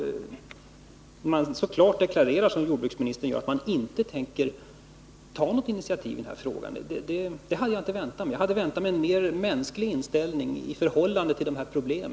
Att jordbruksministern så klart deklarerar att han inte tänker ta något initiativ i den här frågan, det hade jag alltså inte väntat mig. Jag hade väntat mig en mer mänsklig inställning i förhållande till dessa problem.